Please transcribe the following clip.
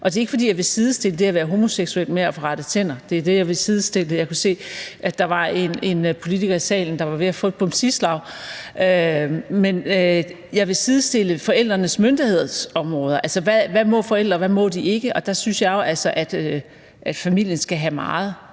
Og det er ikke, fordi jeg vil sidestille det at være homoseksuel med det at få rettet tænder – jeg kunne se, at der var en politiker i salen, der var ved at få et bommesislag. Men jeg vil sidestille forældrenes myndighedsområder. Altså, hvad må forældre, og hvad må de ikke? Og der synes jeg jo altså, at familien skal have meget